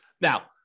Now